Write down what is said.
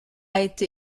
été